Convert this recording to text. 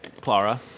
Clara